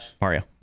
Mario